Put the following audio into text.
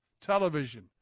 television